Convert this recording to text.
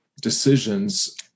decisions